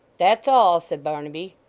that's all said barnaby.